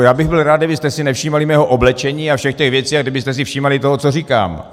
Já bych byl rád, kdybyste si nevšímali mého oblečení a všech těch věcí a kdybyste si všímali toho, co říkám.